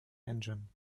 engine